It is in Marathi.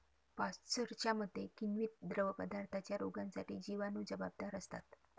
पाश्चरच्या मते, किण्वित द्रवपदार्थांच्या रोगांसाठी जिवाणू जबाबदार असतात